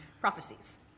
prophecies